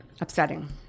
upsetting